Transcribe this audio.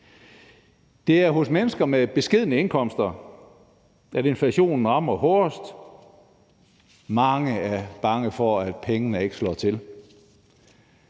Det er hos mennesker med beskedne indkomster, inflationen rammer hårdest, og mange er bange for, at pengene ikke slår til.